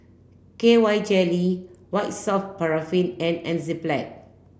K Y jelly White soft paraffin and Enzyplex